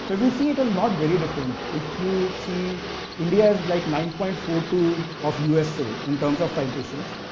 but if you see it is not very different. if you see india has like nine point four two of usa in terms of citations.